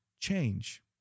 change